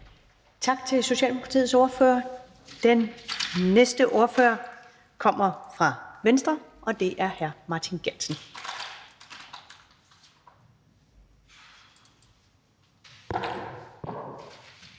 Tak til Socialdemokratiets ordfører. Den næste ordfører kommer fra Venstre, og det er hr. Martin Geertsen.